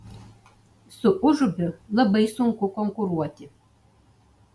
su užupiu labai sunku konkuruoti